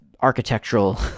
architectural